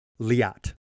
Liat